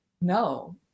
no